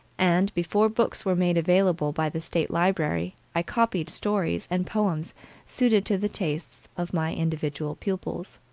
and, before books were made available by the state library i copied stories and poems suited to the tastes of my individual pupils.